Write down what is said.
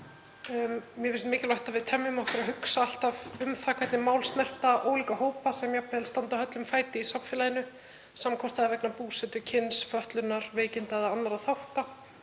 Mér finnst mikilvægt að við temjum okkur að hugsa alltaf um það hvernig mál snerta ólíka hópa sem jafnvel standa höllum fæti í samfélaginu, sama hvort það er vegna búsetu, kyns, fötlunar, veikinda eða annarra þátta.